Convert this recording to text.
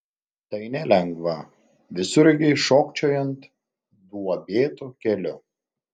tai nelengva visureigiui šokčiojant duobėtu keliu